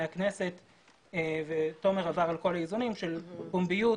הכנסת ותומר עבר על כל האיזונים של פומביות,